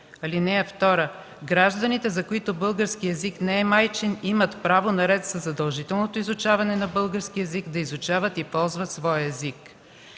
(2) Гражданите, за които българският език не е майчин, имат право наред със задължителното изучаване на българския език да изучават и ползват своя език”.